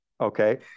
Okay